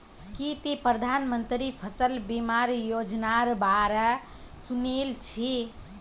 की ती प्रधानमंत्री फसल बीमा योजनार बा र सुनील छि